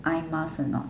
eye masks or not